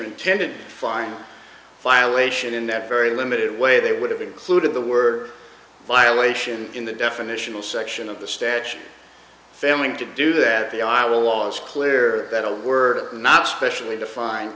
intended fine violation in that very limited way they would have included the word violation in the definitional section of the statute failing to do that the i was clear that a were not specially defined